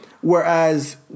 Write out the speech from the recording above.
Whereas